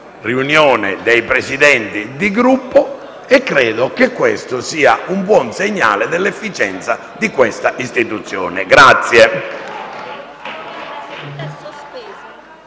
Conferenza dei Presidenti di Gruppo e credo che questo sia un buon segnale dell'efficienza di questa istituzione.